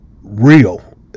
real